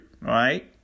right